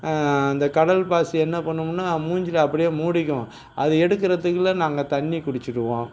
அந்த கடல் பாசி என்ன பண்ணுமுன்னால் மூஞ்சியில அப்படியே மூடிக்கும் அதை எடுக்குறதுக்குள்ள நாங்கள் தண்ணி குடிச்சிடுவோம்